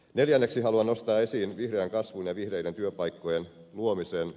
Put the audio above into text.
neljänneksi haluan nostaa esiin vihreän kasvun ja vihreiden työpaikkojen luomisen